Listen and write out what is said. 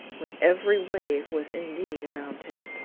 when every wave was indeed a mountain,